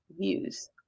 views